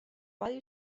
vari